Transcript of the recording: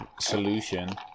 solution